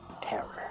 terror